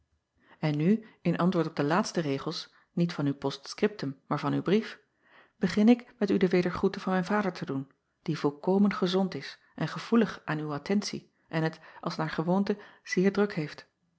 n nu in antwoord op de laatste regels niet van uw post-scriptum maar van uw brief begin ik met u de we acob van ennep laasje evenster delen dergroete van mijn vader te doen die volkomen gezond is en gevoelig aan uw attentie en het als naar gewoonte zeer druk heeft